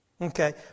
Okay